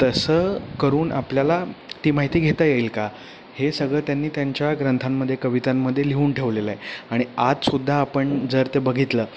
तसं करून आपल्याला ती माहिती घेता येईल का हे सगळं त्यांनी त्यांच्या ग्रंथांमध्ये कवितांमध्ये लिहून ठेवलेलं आहे आणि आजसुद्धा आपण जर ते बघितलं